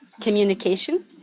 communication